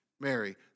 Mary